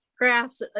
crafts